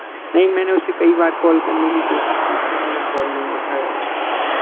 नहीं मैंने उसे कई बार कॉल करने की कोशिश की उसने मेरा कॉल नहीं उठाया